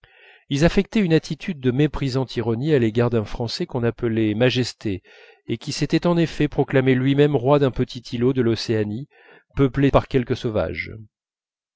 ils affectaient une attitude de méprisante ironie à l'égard d'un français qu'on appelait majesté et qui s'était en effet proclamé lui-même roi d'un petit îlot de l'océanie peuplé par quelques sauvages